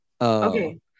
okay